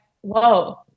whoa